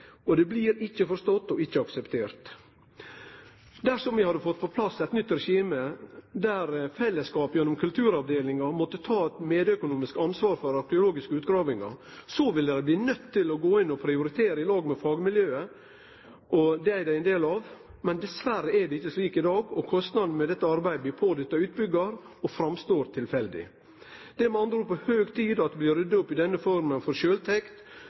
Det blir ikkje forstått og ikkje akseptert. Dersom vi hadde fått på plass eit nytt regime, der fellesskapet gjennom kulturavdelinga måtte ta eit økonomisk medansvar for arkeologiske utgravingar, ville dei bli nøydde til å prioritere i lag med fagmiljøet dei er ein del av. Dessverre er det ikkje slik i dag, og kostnadene ved dette arbeidet blir pådytta utbyggjar og framstår som tilfeldig. Det er med andre ord på høg tid at det blir rydda opp i denne forma for sjølvtekt